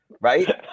right